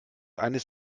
eines